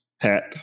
hat